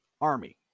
army